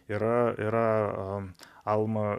yra yra alma